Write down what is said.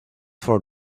for